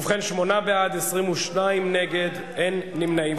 ובכן, שישה בעד, 19 נגד, אין נמנעים.